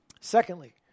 Secondly